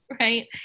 right